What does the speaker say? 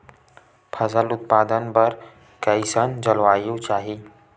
फसल उत्पादन बर कैसन जलवायु चाही?